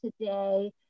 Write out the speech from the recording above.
today